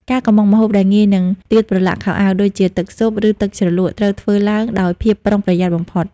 ការកម្ម៉ង់ម្ហូបដែលងាយនឹងខ្ទាតប្រឡាក់ខោអាវ ដូចជាទឹកស៊ុប ឬទឹកជ្រលក់ ត្រូវធ្វើឡើងដោយភាពប្រុងប្រយ័ត្នបំផុត។